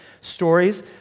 stories